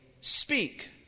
Speak